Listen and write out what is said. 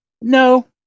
No